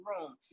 room